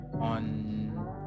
on